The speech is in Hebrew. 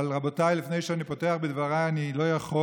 אבל רבותיי, לפני שאני פותח בדבריי אני לא יכול